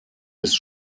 ist